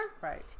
right